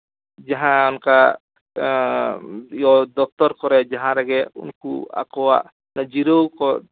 ᱡᱟᱦᱟᱸ ᱚᱱᱠᱟ ᱫᱚᱯᱛᱚᱨ ᱠᱚᱨᱮ ᱡᱟᱦᱟᱸ ᱨᱮᱜᱮ ᱩᱱᱠᱩ ᱟᱠᱚᱣᱟᱜ ᱡᱤᱨᱟᱹᱣ ᱠᱚ